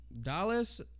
Dallas